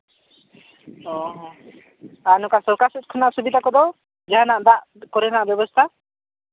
ᱚᱻ ᱱᱚᱝᱠᱟ ᱥᱚᱨᱠᱟᱨ ᱥᱮᱫ ᱠᱷᱚᱱᱟᱜ ᱥᱩᱵᱤᱫᱷᱟ ᱠᱚᱫᱚ ᱡᱟᱦᱟᱱᱟᱜ ᱫᱟᱜ ᱠᱚᱨᱮᱱᱟᱜ ᱵᱮᱵᱚᱥᱛᱷᱟ